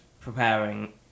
preparing